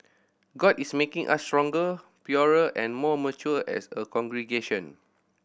God is making us stronger purer and more mature as a congregation